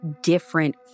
different